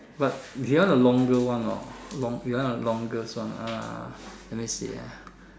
but do you want a longer one or you want a longest one ah let me see ah